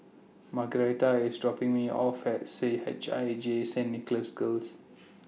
Margaretta IS dropping Me off At C H I J Saint Nicholas Girls